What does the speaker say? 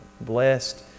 blessed